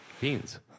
Beans